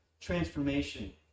transformation